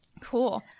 cool